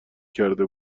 کرده